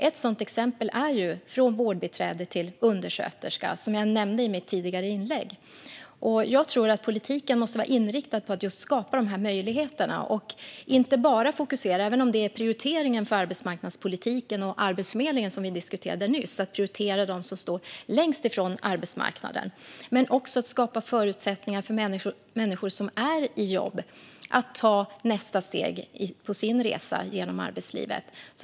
Ett sådant exempel är att gå från vårdbiträde till undersköterska, som jag nämnde i mitt tidigare inlägg. Jag tror att politiken måste vara inriktad på att skapa dessa möjligheter och inte bara fokusera på att prioritera dem som står längst ifrån arbetsmarknaden, även om det är prioriteringen för arbetsmarknadspolitiken och Arbetsförmedlingen, som vi diskuterade nyss. Man måste också skapa förutsättningar för människor som är i jobb att ta nästa steg på sin resa genom arbetslivet.